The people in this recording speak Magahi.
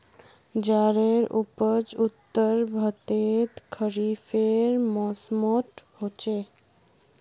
ज्वारेर उपज उत्तर भर्तोत खरिफेर मौसमोट होचे